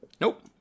Nope